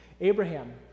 Abraham